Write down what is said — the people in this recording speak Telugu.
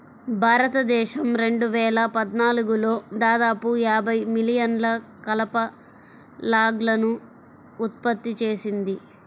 భారతదేశం రెండు వేల పద్నాలుగులో దాదాపు యాభై మిలియన్ల కలప లాగ్లను ఉత్పత్తి చేసింది